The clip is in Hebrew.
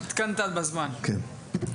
אז ככה,